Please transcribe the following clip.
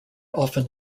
often